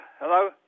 Hello